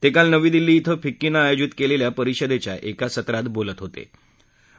ते काल नवी दिल्ली इथं फिक्कीनं आयोजित केलेल्या परिषदेच्या एका सत्रात बोलत होतं